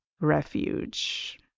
refuge